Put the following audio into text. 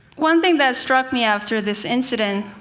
one thing that struck me, after this incident,